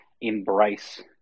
embrace